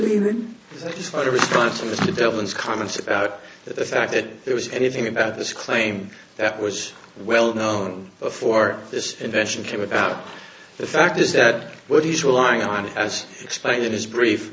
a response from the dolphins comments about the fact that there was anything about this claim that was well known before this invention came about the fact is that what he's relying on as explained in his brief